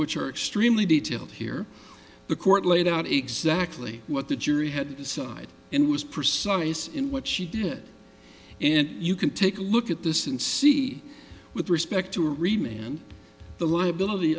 which are extremely detailed here the court laid out exactly what the jury had decided in was precise in what she did and you can take a look at this and see with respect to remain and the liability